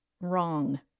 Wrong